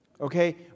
Okay